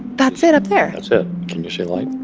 that's it up there that's it. can you see light?